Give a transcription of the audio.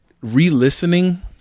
re-listening